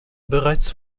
bereits